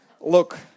look